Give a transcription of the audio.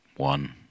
One